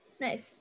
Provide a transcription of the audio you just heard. Nice